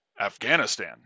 Afghanistan